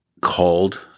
called